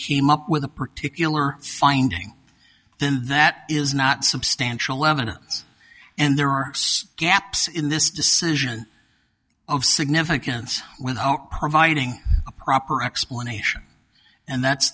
team up with a particular finding then that is not substantial evidence and there are gaps in this decision of significance without providing a proper explanation and that's